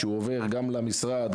שעובר גם למשרד,